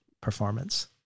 performance